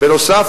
בנוסף,